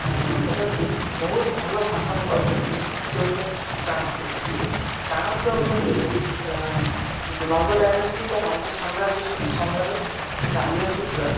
ଗୋଟେ ବହୁତ ଭଲ ଶାସକ କରିପାରିଥିଲେ ସେ ହେଉଛନ୍ତି ଚାଣକ୍ୟ ଚାଣକ୍ୟ ହେଉଛନ୍ତି ନନ୍ଦ ଡାଇନାଷ୍ଟି ବା ନନ୍ଦ ସାମ୍ରାଜ୍ୟ ସମୟରେ ଚାଲି ଆସୁଥିବା